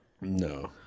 no